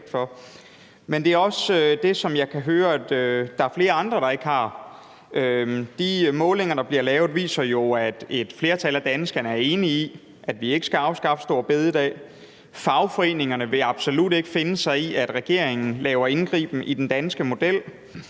respekt for. Og det kan jeg også høre at der er flere andre, der ikke har. De målinger, der bliver lavet, viser jo, at et flertal af danskerne er enige i, at vi ikke skal afskaffe store bededag; fagforeningerne vil absolut ikke finde sig i, at regeringen laver et indgreb i den danske model;